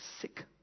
sick